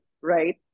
right